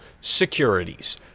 securities